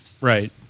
right